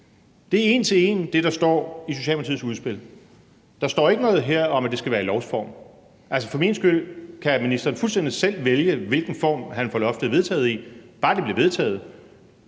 Det er en til en det, der står i Socialdemokratiets udspil. Der står her ikke noget om, at det skal være i lovsform. Altså, for min skyld kan ministeren fuldstændig selv vælge, i hvilken form han vil få vedtaget loftet, bare det bliver vedtaget,